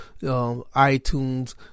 iTunes